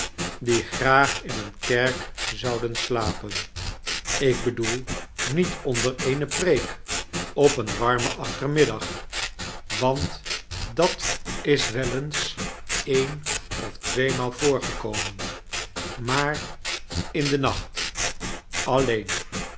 die graag in eene kerk aouden slapen ik bedoel niet onder eene preek op een warmen achtermiddag want dat is wel eens een of tweemaal voorgekomen maar in den nacht alleein